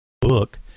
Book